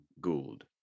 Gould